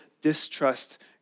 distrust